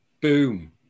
Boom